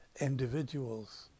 individuals